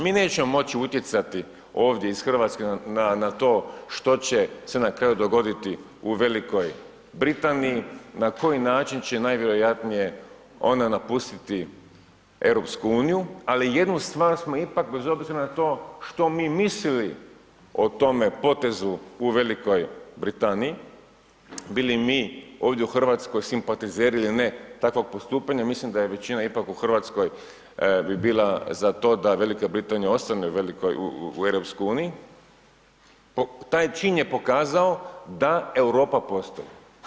Mi nećemo moći utjecati ovdje iz Hrvatske na to, što će se na kraju dogoditi u Velikoj Britaniji, na koji način će najvjerojatnije ona napustiti EU, ali jednu stvar smo ipak, bez obzira na to što mi mislili o tome potezu u Velikoj Britaniji bili mi ovdje u Hrvatskoj simpatizeri ili ne, takvog postupanja, mislim da većina ovdje u Hrvatskoj bi bila za to, da Velika Britanija ostane u EU, taj čin je pokazao, da Europa postoji.